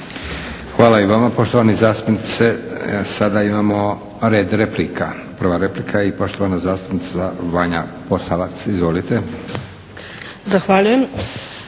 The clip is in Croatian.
Hvala i vama poštovani zastupniče. Sada imamo red replika. Prva replika i poštovana zastupnica Vanja Posavac. Izvolite. **Posavac,